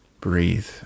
breathe